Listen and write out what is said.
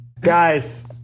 Guys